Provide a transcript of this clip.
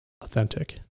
authentic